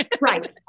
Right